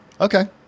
Okay